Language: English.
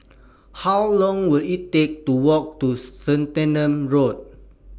How Long Will IT Take to Walk to Road